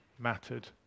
mattered